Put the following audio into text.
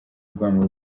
urwamo